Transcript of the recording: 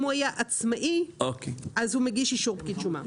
אם הוא היה עצמאי, הוא מגיש אישור פקיד שומה.